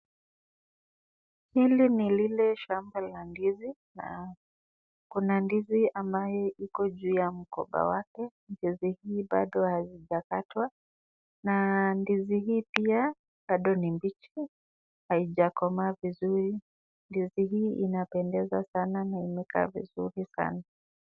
Hili ni lile shamba la ndizi na kuna ndizi ambayo iko juu ya mgomba wake, ndizi hii bado halijakatwa na ndizi hii pia bado ni mbichi haijakomaa vizuri, ndizi hii inapendeza sana na imekaa vizuri sana.